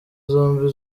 zombi